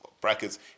brackets